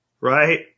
right